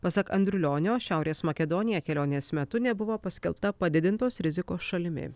pasak andriulionio šiaurės makedonija kelionės metu nebuvo paskelbta padidintos rizikos šalimi